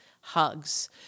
hugs